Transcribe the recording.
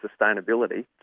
sustainability